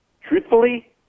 truthfully